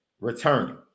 returning